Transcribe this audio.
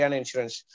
insurance